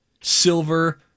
silver